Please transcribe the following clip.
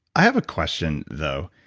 i have a question though.